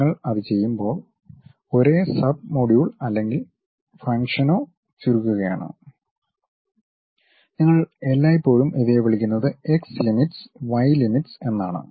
നിങ്ങൾ അത് ചെയ്യുമ്പോൾ ഒരേ സബ് മൊഡ്യുൽ അല്ലെങ്കിൽ ഫംഗ്ഷനോ ചുരുക്കുകയാണ് നിങ്ങൾ എല്ലായ്പ്പോഴും ഇവയെ വിളിക്കുന്നത് എക്സ് ലിമിറ്റ്സ് വൈ ലിമിറ്റ്സ് എന്നാണ്